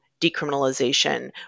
decriminalization